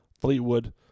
Fleetwood